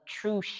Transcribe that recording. true